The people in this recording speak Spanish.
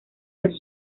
los